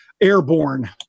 airborne